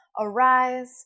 arise